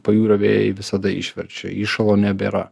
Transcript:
pajūrio vėjai visada išverčia įšalo nebėra